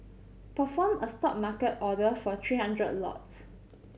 perform a Stop market order for three hundred lots